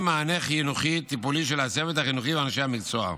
מענה חינוכי טיפולי של הצוות החינוכי ואנשי המקצוע,